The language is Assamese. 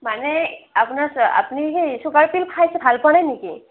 মানে আপোনাৰ চোৱা আপুনি সেই ছুগাৰ পিল খাইছে ভাল পোৱা নাই নেকি